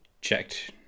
checked